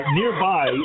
nearby